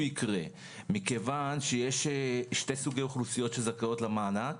יקרה מכיוון שיש שני סוגי אוכלוסיות שזכאיות למענק.